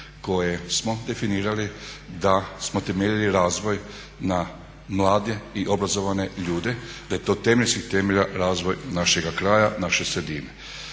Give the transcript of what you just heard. koje smo definirali da smo temeljili razvoj na mlade i obrazovane ljude, da je to temelj svih temelja razvoj našega kraja, naše sredine.